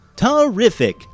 terrific